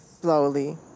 slowly